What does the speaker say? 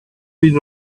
been